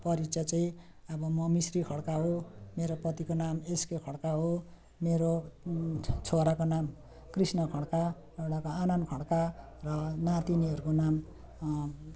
परिचय चाहिँ अब म मिस्टी खडका हो मेरो पतिको नाम इस्के खडका हो मेरो छोराको नाम कृष्ण खडका एउटाको आनाम खडका र नातिनीहरूको नाम